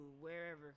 wherever